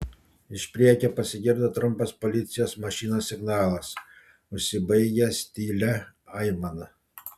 iš priekio pasigirdo trumpas policijos mašinos signalas užsibaigęs tylia aimana